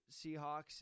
Seahawks